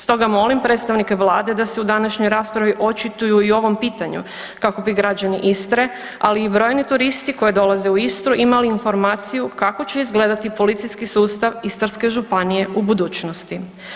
Stoga molim predstavnike Vlade da se u današnjoj raspravi očituju i o ovom pitanju kako bi građani Istre, ali i brojni turisti koji dolaze u Istru imali informaciju kako će izgledati policijski sustav Istarske županije u budućnosti.